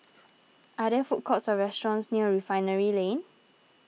are there food courts or restaurants near Refinery Lane